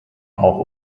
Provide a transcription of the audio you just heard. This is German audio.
auch